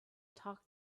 talk